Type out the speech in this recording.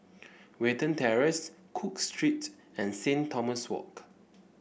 Watten Terrace Cook Street and Saint Thomas Walk